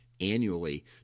annually